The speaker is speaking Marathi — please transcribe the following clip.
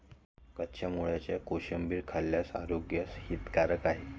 कच्च्या मुळ्याची कोशिंबीर खाल्ल्यास आरोग्यास हितकारक आहे